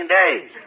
days